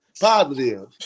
Positive